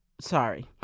Sorry